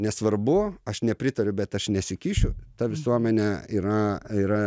nesvarbu aš nepritariu bet aš nesikišiu ta visuomenė yra yra